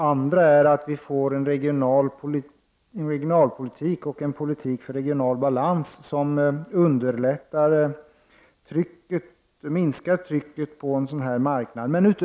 Vidare måste vi föra en regionalpolitik och en politik för regional balans som minskar trycket på bostadsmarknaden.